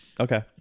okay